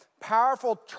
Powerful